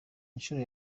nshuro